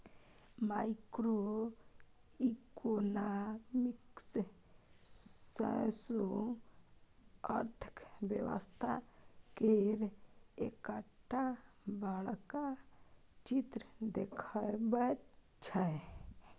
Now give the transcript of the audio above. micro economics सौसें अर्थक व्यवस्था केर एकटा बड़का चित्र देखबैत छै